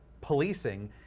policing